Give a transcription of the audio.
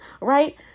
Right